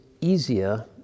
easier